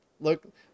look